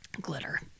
glitter